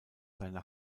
seine